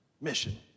mission